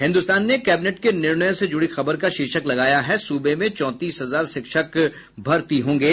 हिन्दुस्तान ने कैबिनेट के निर्णयों से जुड़ी खबर का शीर्षक लगाया है सूबे में चौंतीस हजार शिक्षक भर्ती होंगे